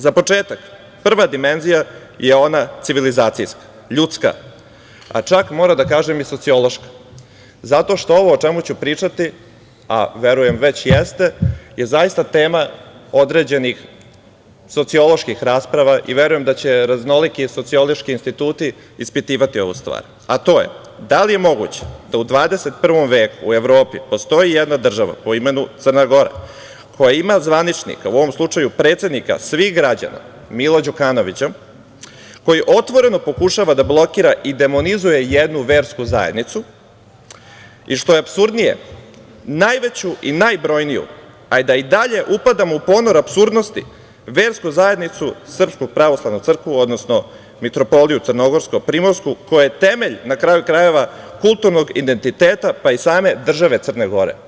Za početak, prva dimenzija je ona civilizacijska, ljudska, a čak moram da kažem i sociološka, zato što ovo o čemu ću pričati, a verujem već jeste, je zaista tema određenih socioloških rasprava i verujem da će raznoliki sociološki instituti ispitivati ovu stvar, a to je - da li je moguće da u 21. veku u Evropi postoji jedna država, po imenu Crna Gora, koja ima zvaničnika, u ovom slučaju predsednika svih građana, Mila Đukanovića, koji otvoreno pokušava da blokira i demonizuje jednu versku zajednicu, i što je apsurdnije, najveću i najbrojniju, a da i dalje upadamo u ponor apsurdnosti, versku zajednicu Srpsku pravoslavnu crkvu, odnosno Mitropoliju crnogorsko-primorsku, koja je temelj, na kraju krajeva, kulturnog identiteta pa i same države Crne Gore?